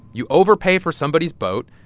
you overpay for somebody's boat,